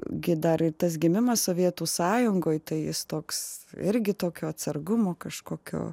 gi dar ir tas gimimas sovietų sąjungoj tai jis toks irgi tokio atsargumo kažkokio